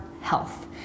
health